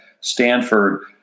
Stanford